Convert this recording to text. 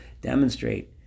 demonstrate